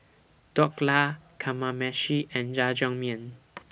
Dhokla Kamameshi and Jajangmyeon